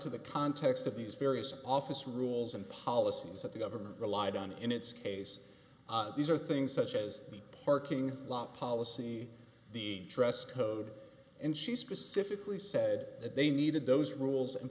to the context of these various office rules and policies that the government relied on in its case these are things such as the parking lot policy the dress code and she specifically said that they needed those rules and